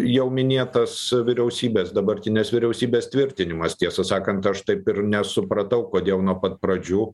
jau minėtas vyriausybės dabartinės vyriausybės tvirtinimas tiesą sakant aš taip ir nesupratau kodėl nuo pat pradžių